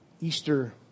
Easter